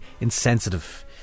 insensitive